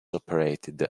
operated